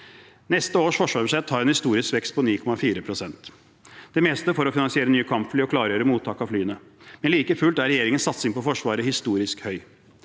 Neste års forsvarsbudsjett har en historisk vekst på 9,4 pst. – det meste for å finansiere nye kampfly og klargjøre mottak av flyene, men like fullt er regjeringens satsing på Forsvaret historisk høy.